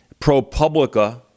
ProPublica